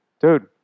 Dude